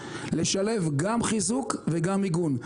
לשלב גם חיזוק וגם מיגון.